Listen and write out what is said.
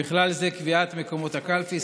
ובכלל זה קביעת מקומות הקלפי,